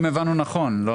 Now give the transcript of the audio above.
אם הבנו נכון.